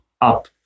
up